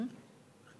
(תיקון מס'